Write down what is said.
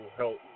help